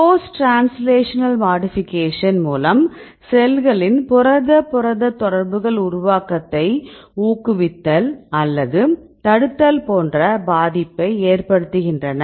post translational modification மூலம் செல்களின் புரத புரத தொடர்புகள் உருவாக்கத்தை ஊக்குவித்தல் அல்லது தடுத்தல் போன்ற பாதிப்பை ஏற்படுத்துகின்றன